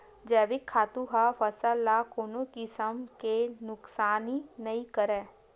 जइविक खातू ह फसल ल कोनो किसम के नुकसानी नइ करय